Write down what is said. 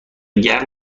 گرم